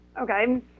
okay